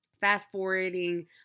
fast-forwarding